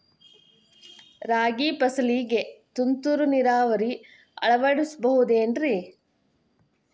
ರಾಗಿ ಫಸಲಿಗೆ ತುಂತುರು ನೇರಾವರಿ ಅಳವಡಿಸಬಹುದೇನ್ರಿ?